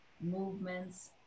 movements